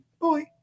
bye